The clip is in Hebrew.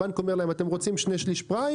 הבנקים אומר: אתם רוצים שני שליש פריים